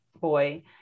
boy